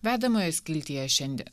vedamoje skiltyje šiandien